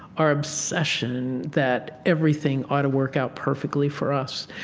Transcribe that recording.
our obsession that everything ought to work out perfectly for us.